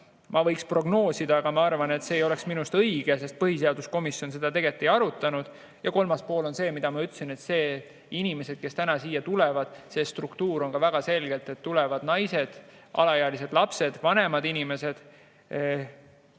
Ma võiks prognoosida, aga ma arvan, et see ei oleks õige, sest põhiseaduskomisjon seda tegelikult ei arutanud. Ja kolmas pool on see, mida ma ütlesin, et nende inimeste, kes täna siia tulevad, struktuur on väga selgelt paigas: tulevad naised, alaealised lapsed, vanemad inimesed.